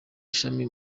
ishami